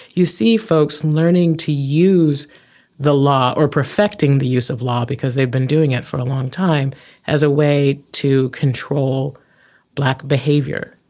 you see folks learning to use the law or perfecting the use of law because they've been doing it for a long time as a way to control black behaviour.